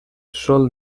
sol